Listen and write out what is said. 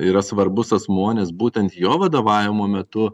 yra svarbus asmuo nes būtent jo vadovavimo metu